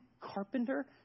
carpenter